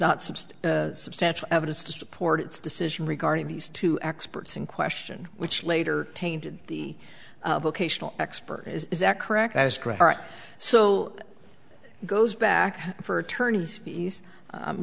still substantial evidence to support its decision regarding these two experts in question which later tainted the vocational expert is that correct as so goes back for attorneys fees